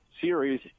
series